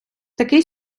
такий